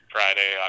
Friday